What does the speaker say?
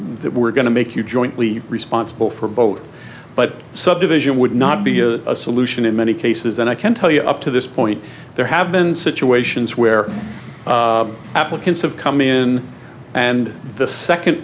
that we're going to make you jointly responsible for both but subdivision would not be a solution in many cases and i can tell you up to this point there have been situations where applicants have come in and the second